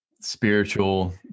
spiritual